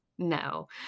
No